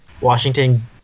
Washington